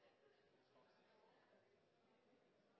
sak